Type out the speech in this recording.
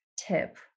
tip